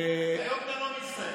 היום אתה לא מצטער.